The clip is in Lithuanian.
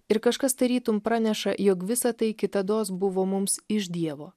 ir kažkas tarytum praneša jog visa tai kitados buvo mums iš dievo